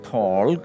Paul